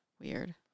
weird